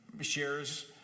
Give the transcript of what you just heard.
shares